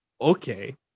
okay